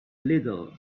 little